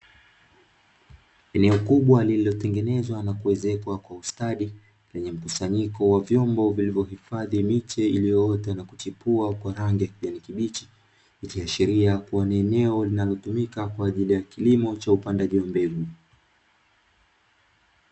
Eneo kubwa lililotengenezwa na kuezekwa kwa ustadi, lenye mkusanyiko wa vyombo vilivyohifadhi miche iliyoota na kuchipua kwa rangi ya kijani kibichi. Ikiashiria kuwa ni eneo linalotumika kwa ajili ya kilimo cha upandaji wa mbegu.